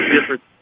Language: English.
different